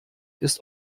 ist